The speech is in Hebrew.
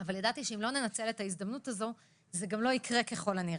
אבל ידעתי שאם לא ננצל את ההזדמנות זה לא יקרה ככל הנראה.